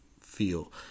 feel